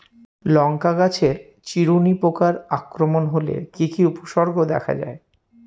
লঙ্কা গাছের চিরুনি পোকার আক্রমণ হলে কি কি উপসর্গ দেখা যায়?